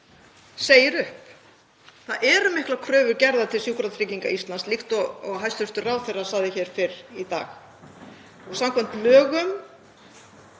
segir upp. Það eru miklar kröfur gerðar til Sjúkratrygginga Íslands líkt og hæstv. ráðherra sagði hér fyrr í dag. Samkvæmt lögum